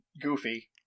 goofy